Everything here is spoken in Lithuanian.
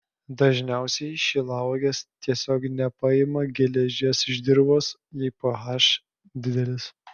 dažniausiai šilauogės tiesiog nepaima geležies iš dirvos jei ph didelis